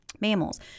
mammals